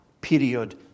period